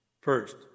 First